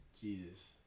Jesus